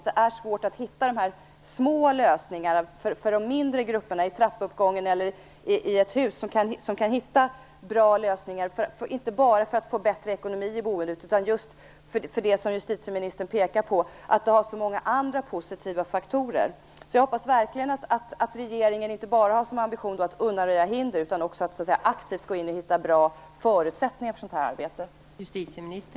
Det blir svårt att hitta de små lösningarna för mindre grupper, för dem i en trappuppgång eller i ett hus som kan hitta bra former för självförvaltning - inte bara för att få bättre ekonomi i boendet utan också för att få de andra positiva effekter som justitieministern pekar på. Jag hoppas verkligen att regeringen inte bara har som ambition att undanröja hinder utan också att aktivt gå in och hitta bra förutsättningar för ett sådant här arbete.